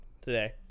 today